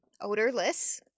odorless